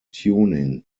tuning